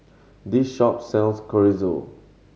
this shop sells Chorizo